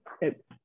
it-